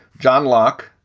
john locke,